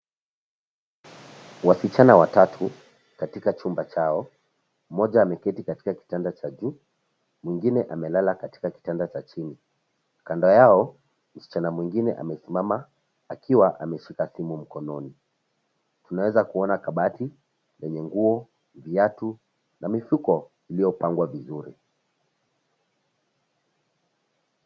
Wasichana watatu, katika chumba chao, mmoja ameketi katika kitanda cha juu, mwingine amelala katika kitanda cha chini. Kando yao, msichana mwingine amesimama, akiwa ameshika simu mkononi. Tunaweza kuona kabati, lenye nguo, viatu, na mifuko, iliyopangwa vizuri.